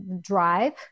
Drive